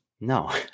No